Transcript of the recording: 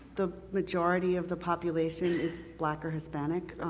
the majority of the population is black or hispanic,